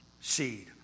seed